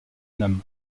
nam